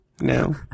No